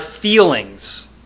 feelings